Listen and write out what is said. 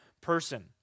person